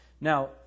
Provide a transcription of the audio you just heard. Now